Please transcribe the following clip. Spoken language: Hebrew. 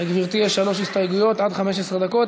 לגברתי יש שלוש הסתייגויות, עד 15 דקות.